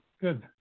Good